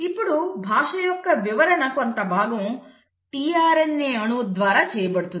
ఇప్పుడు భాష యొక్క వివరణ కొంత భాగం tRNA అణువు ద్వారా చేయబడుతుంది